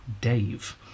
Dave